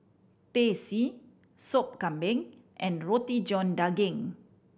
Teh C Sop Kambing and Roti John Daging